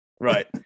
Right